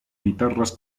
guitarras